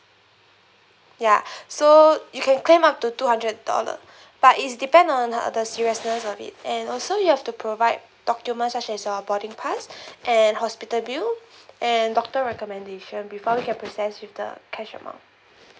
ya so you can claim up to two hundred dollar but is depend on the seriousness of it and also you have to provide document such as your boarding pass and hospital bill and doctor recommendation before you can process with the cash amount